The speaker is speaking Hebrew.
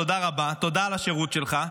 תודה רבה, תודה על השירות שלך.